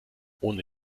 ohne